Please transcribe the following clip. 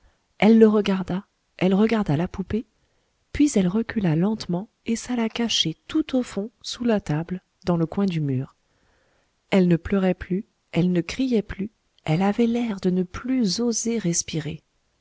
elle le regarda elle regarda la poupée puis elle recula lentement et s'alla cacher tout au fond sous la table dans le coin du mur elle ne pleurait plus elle ne criait plus elle avait l'air de ne plus oser respirer